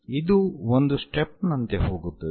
ಇದು ಒಂದು ಸ್ಟೆಪ್ ನಂತೆ ಹೋಗುತ್ತದೆ